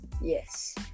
Yes